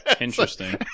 Interesting